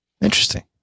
interesting